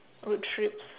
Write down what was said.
road trips